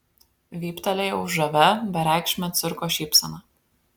vyptelėjau žavia bereikšme cirko šypsena